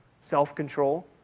Self-control